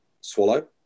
swallow